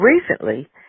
recently